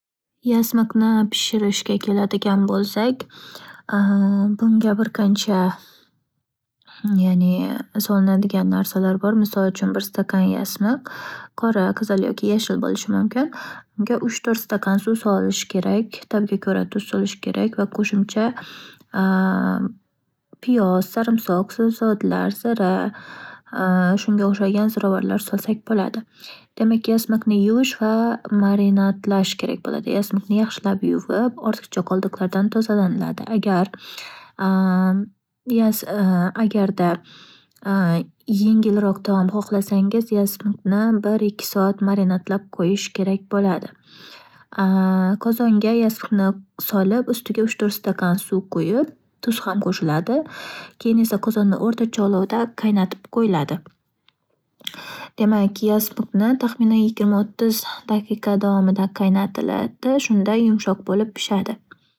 ﻿Yasmikni pishirishga keladigan bo'lsak, bunga birqancha, ya'ni solinadigan narsalar bor, misol uchun bir stakan yasmiq, qora, qizal, yoki yashil bo'lishi mumkin. Bunga uch- to'rt stakan suv solinishi kerak. Tabga ko'ra tuz solish kerak va qo'shimcha piyoz, sarimsoq, sabzotlar, zira, shunga o'xshagan zurovarlar solsak bo'ladi. Demak, yasmikni yuvish va marinatlash kerak bo'ladi. Yasmikni yaxshilab yuvib ortiqcha qoldiklardan tozalaniladi. Agar yas- agarda yengilroq taom xohlasangiz, yasmikni bir-ikki soat marinatlab qo'yish kerak bo'ladi. Qozonga yasmikni solib, ustiga uch- to'rt stakan suv qo'yib, tuz ham qo'shiladi. Keyin esa qozonni o'rtacha ololovda qaynatib qo'yiladi. Demak, yasmikni taxminan yigirma o'ttiz daqiqa davomida qaynatiladi. Shunday yumshoq bo'lib pishadi.